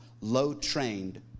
low-trained